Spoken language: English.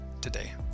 today